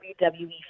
WWE